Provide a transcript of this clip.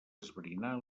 esbrinar